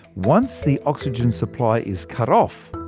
once the oxygen supply is cut off,